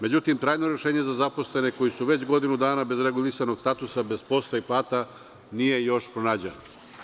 Međutim, trajno rešenje za zaposlene, koji su već godinu dana bez regulisanog statusa, bez posla i plate, nije još pronađeno.